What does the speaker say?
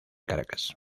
caracas